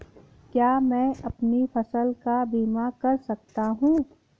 क्या मैं अपनी फसल का बीमा कर सकता हूँ?